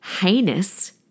heinous